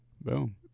Boom